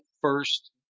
first